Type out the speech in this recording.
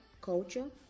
culture